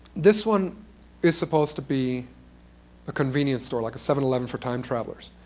this one is supposed to be a convenience store, like a seven eleven for time travelers.